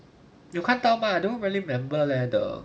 you can't tell mah I don't really remember leh the